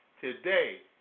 today